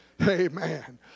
Amen